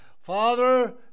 Father